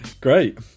great